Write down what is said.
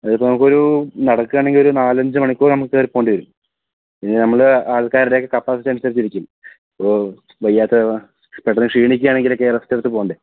അതിപ്പോൾ നമുക്ക് ഒരു നടക്കുകയാണെങ്കിൽ ഒരു നാലഞ്ച് മണിക്കൂർ നമുക്ക് കയറി പോകേണ്ടി വരും പിന്നെ നമ്മൾ ആൾക്കാരുടെയൊക്കെ കപ്പാസിറ്റി അനുസരിച്ചിരിക്കും ഇപ്പോൾ വയ്യാത്ത പെട്ടെന്നു ക്ഷീണിക്കുകയാണെങ്കിലൊക്കെ റെസ്റ്റെടുത്ത് പോകണ്ടേ